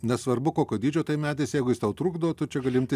nesvarbu kokio dydžio tai medis jeigu jis tau trukdo tu čia gali imti